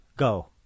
Go